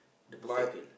my